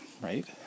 right